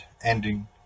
ending